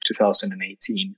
2018